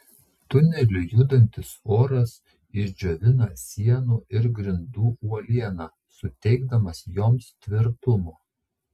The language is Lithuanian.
tuneliu judantis oras išdžiovina sienų ir grindų uolieną suteikdamas joms tvirtumo